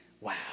Wow